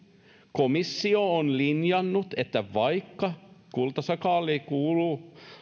komissio on linjannut että vaikka kultasakaali kuuluu